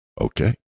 okay